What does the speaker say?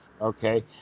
Okay